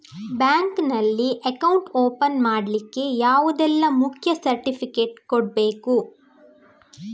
Bank ನಲ್ಲಿ account open ಮಾಡ್ಲಿಕ್ಕೆ ಯಾವುದೆಲ್ಲ ಮುಖ್ಯ ಸರ್ಟಿಫಿಕೇಟ್ ಕೊಡ್ಬೇಕು?